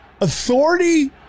authority